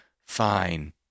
fine